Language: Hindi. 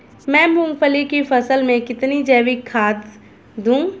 मैं मूंगफली की फसल में कितनी जैविक खाद दूं?